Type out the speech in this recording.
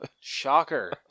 Shocker